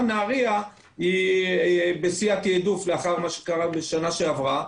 נהריה היא בשיא התעדוף לאחר מה שקרה בשנה שעברה.